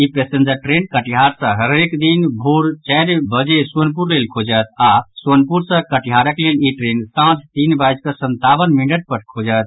ई passenger train Katihar सँ हरेक दिन भोर चारि बजे सोनपुर लेल खुजत आओर सोनपुर सँ कटिहारक लेल ई ट्रेन सांझ तीन बजिकऽ संतावन मिनट पर खुजत